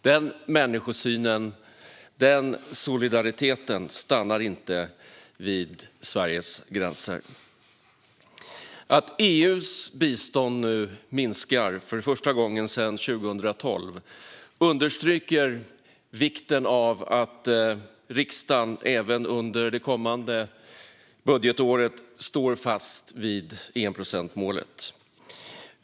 Den människosynen, den solidariteten, stannar inte vid Sveriges gränser. Att EU:s bistånd nu minskar för första gången sedan 2012 understryker vikten av att riksdagen även under det kommande budgetåret står fast vid enprocentsmålet.